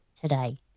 today